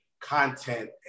content